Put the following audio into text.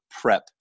prep